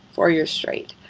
four years straight.